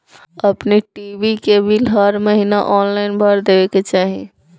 अपनी टी.वी के बिल हर महिना ऑनलाइन भर देवे के चाही